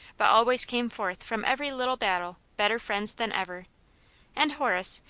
but always came forth from every little battle better friends than ever and horace,